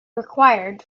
required